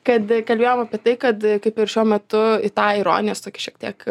kad kalbėjom apie tai kad kaip ir šiuo metu į tą ironijos tokį šiek tiek